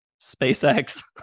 spacex